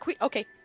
Okay